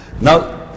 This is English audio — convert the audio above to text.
Now